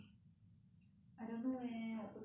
I don't know leh 我不懂 like